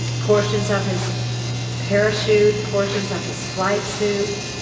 portions of his parachute, portions of his flight suit.